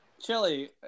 chili